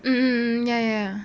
mm mm mm ya ya ya